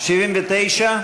79?